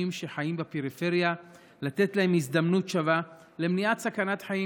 שחיים בפריפריה ולתת להם הזדמנות שווה למניעת סכנת חיים?